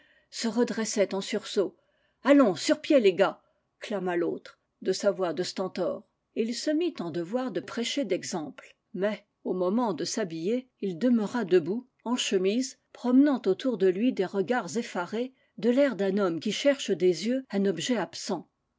se redressait en sursaut allons sur pied les gars clama l'autre de sa voix de stentor et il se mit en devoir de prêcher d'exemple mais au mo ment de s'habiller il demeura debout en chemise prome nant autour de lui des regards effarés de l'air d'un homme qui cherche des yeux un objet absent